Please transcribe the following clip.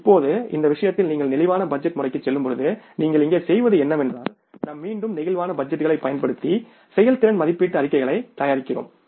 இப்போது இந்த விஷயத்தில் நீங்கள் பிளேக்சிபிள் பட்ஜெட் முறைக்குச் செல்லும்போது நீங்கள் இங்கே செய்வது என்னவென்றால் நாம் மீண்டும் பிளேக்சிபிள் பட்ஜெட்டுகளைப் பயன்படுத்தி செயல்திறன் மதிப்பீட்டு அறிக்கைகளைத் தயாரிக்கிறோம்